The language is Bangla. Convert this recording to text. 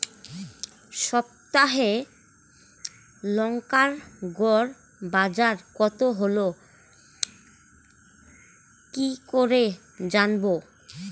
সপ্তাহে লংকার গড় বাজার কতো হলো কীকরে জানবো?